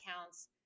accounts